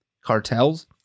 cartels